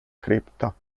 cripta